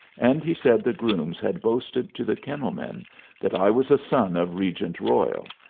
and he said the grooms had boasted to the kennel-men that i was a son of regent royal,